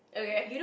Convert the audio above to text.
okay